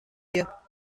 dir